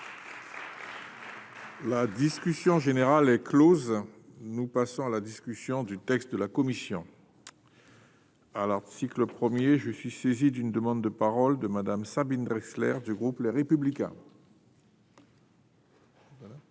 La discussion générale est Close, nous passons à la discussion du texte de la commission. à l'article 1er je suis saisi d'une demande de parole de Madame Sabine Draxler du groupe, les républicains. Merci